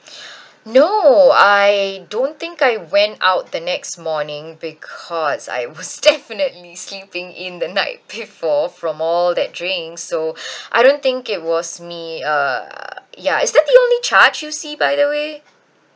no I don't think I went out the next morning because I was definitely sleeping in the night before from all that drinks so I don't think it was me uh ya is that the only charge you see by the way